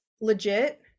legit